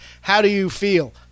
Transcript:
how-do-you-feel